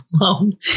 alone